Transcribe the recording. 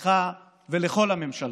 לך ולכל הממשלה.